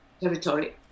territory